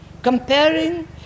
Comparing